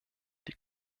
die